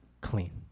Clean